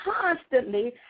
constantly